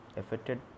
affected